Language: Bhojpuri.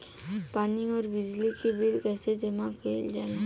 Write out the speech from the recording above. पानी और बिजली के बिल कइसे जमा कइल जाला?